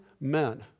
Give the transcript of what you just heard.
men